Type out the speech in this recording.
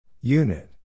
Unit